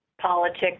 politics